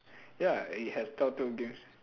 ya it has telltale games